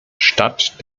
statt